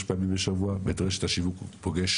פעמים בשבוע ואת רשת השיווק הוא פוגש